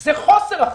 זה חוסר אחריות.